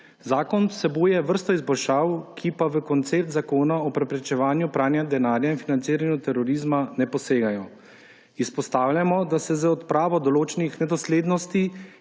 Zakon vsebuje vrsto izboljšav, ki pa v koncept Zakona o preprečevanju pranja denarja in financiranju terorizma ne posegajo. Izpostavljamo, da se z odpravo določnih nedoslednosti